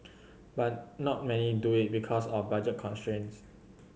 but not many do it because of budget constraints